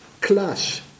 clash